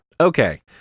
Okay